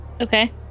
Okay